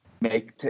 make